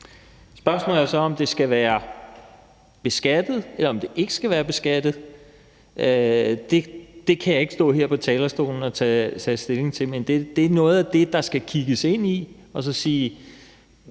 Spørgsmålet er så, om det skal være beskattet, eller om det ikke skal være beskattet. Det kan jeg ikke stå her på talerstolen og tage stilling til, men det er noget af det, der skal kigges ind i og overvejes: